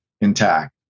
intact